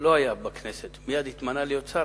שלא היה בכנסת ומייד התמנה להיות שר,